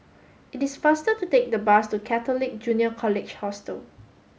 it is faster to take the bus to Catholic Junior College Hostel